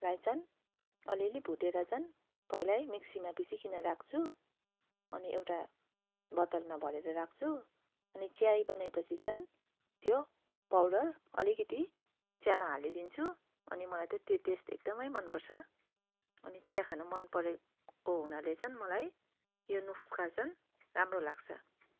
लाई चाहिँ अलिअलि भुटेर चाहिँ पहिल्यै मिक्सीमा पिसिकिन राख्छु अनि एउटा बतलमा भरेर राख्छु अनि चाय बनेपछि चाहिँ त्यो पाउडर अलिकति चियामा हालिदिन्छु अनि मलाई चाहिँ त्यो टेस्ट एकदमै मनपर्छ अनि चिया खानु मन परेको हुनाले चाहिँ मलाई यो नुस्खा चाहिँ राम्रो लाग्छ